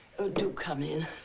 oh do come in.